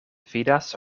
vidas